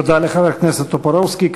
תודה לחבר הכנסת טופורובסקי.